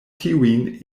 tiujn